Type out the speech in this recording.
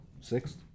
Sixth